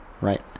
Right